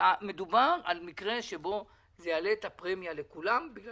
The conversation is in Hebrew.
מדובר על מקרה שבו זה יעלה את הפרמיה לכולם בגלל